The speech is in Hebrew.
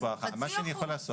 חצי אחוז?